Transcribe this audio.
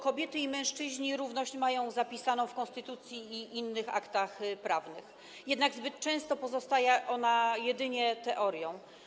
Kobiety i mężczyźni równość mają zapisaną w konstytucji i innych aktach prawnych, jednak zbyt często pozostaje ona jedynie teorią.